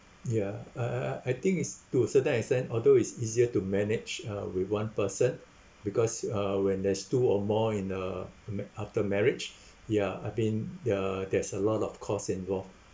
ya uh I think it's to a certain extent although it's easier to manage uh with one person because uh when there's two or more in a ma~ after marriage ya I've been there're there's a lot of costs involved